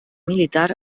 militar